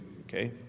okay